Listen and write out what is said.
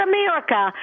America